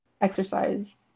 exercise